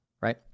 right